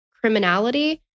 criminality